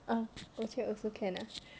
mm actually also can ah